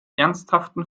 ernsthaften